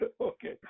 Okay